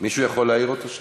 מישהו יכול להעיר אותו שם?